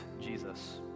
Jesus